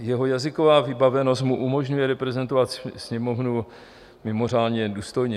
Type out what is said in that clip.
Jeho jazyková vybavenost mu umožňuje reprezentovat Sněmovnu mimořádně důstojně.